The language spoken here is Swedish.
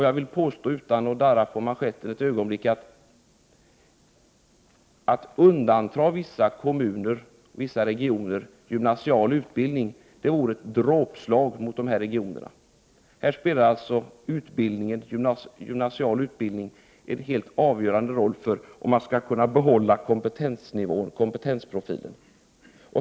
Jag vill påstå, utan att darra på manschetten ett ögonblick, att om man undandrar vissa regioner gymnasial utbildning är det ett dråpslag mot dem. Här spelar alltså en gymnasial utbildning en helt avgörande roll för om man skall kunna behålla kompetensprofilen.